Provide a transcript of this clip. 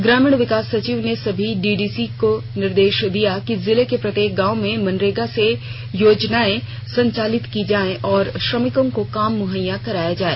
ग्रामीण विकास सचिव ने सभी डीडीसी को निर्देश दिया कि जिले के प्रत्येक गांव में मनरेगा से योजनाएं संचालित की जाएं और श्रमिकों को काम मुहैया कराया जाए